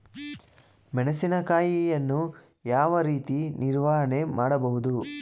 ಮೆಣಸಿನಕಾಯಿಯನ್ನು ಯಾವ ರೀತಿ ನಿರ್ವಹಣೆ ಮಾಡಬಹುದು?